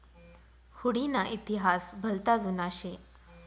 हुडी ना इतिहास भलता जुना शे